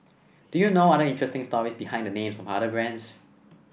do you know other interesting stories behind the names of other brands